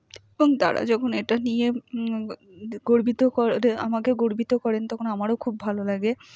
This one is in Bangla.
এবং তারা যখন এটা নিয়ে গর্বিত করে আমাকেও গর্বিত করেন তখন আমারও খুব ভালো লাগে